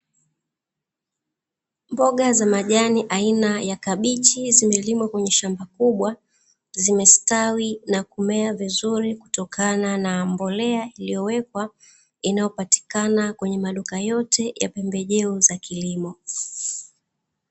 Mboga za majani aina ya kabichi zimelimwa kwenye shamba kubwa zimestawi na kumea vizuri kutokana na mbolea iliyowekwa, inayopatikana kwenye maduka yote ya pembejeo za kilimo.